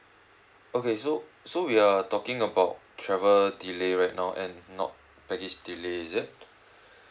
okay so so we are talking about travel delay right now and not baggage delays is it